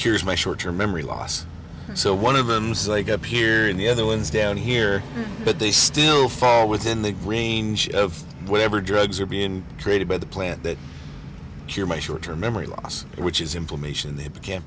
here's my short term memory loss so one of them's like up here in the other ones down here but they still fall within the range of whatever drugs are being created by the plant that cure my short term memory loss which is implementation the cam